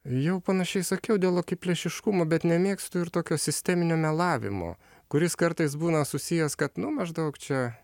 jau panašiai sakiau dėl akiplėšiškumo bet nemėgstu ir tokio sisteminio melavimo kuris kartais būna susijęs kad nu maždaug čia